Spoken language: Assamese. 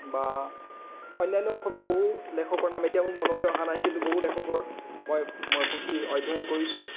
বা অন্যান্য অসমীয়া বহু লেখকৰ নাম এতিয়া মোৰ মনলৈ অহা নাই কিন্তু বহু লেখকৰ মই মই পুথি অধ্যয়ন কৰিছোঁ